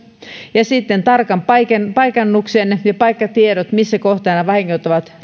ja sitten tarkan paikannuksen ja paikkatiedot missä kohtaa vahingot ovat